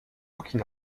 hockey